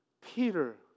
Peter